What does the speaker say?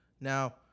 now